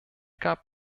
gab